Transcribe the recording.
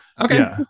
Okay